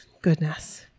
Goodness